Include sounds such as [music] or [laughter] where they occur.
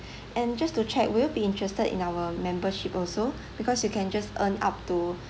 [breath] and just to check will you be interested in our membership also because you can just earn up to